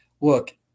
Look